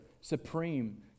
supreme